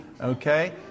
Okay